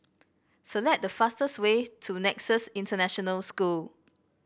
select the fastest way to Nexus International School